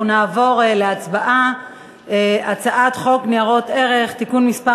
אנחנו נעבור להצבעה על הצעת חוק ניירות ערך (תיקון מס'